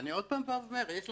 תגביל